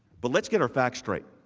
but let's get our facts straight.